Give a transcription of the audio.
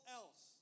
else